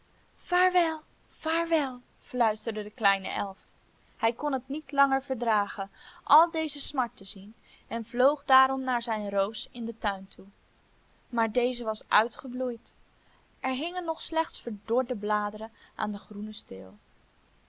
vaarwel vaarwel fluisterde de kleine elf hij kon het niet langer verdragen al deze smart te zien en vloog daarom naar zijn roos in den tuin toe maar deze was uitgebloeid er hingen nog slechts verdorde bladeren aan den groenen steel